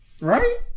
Right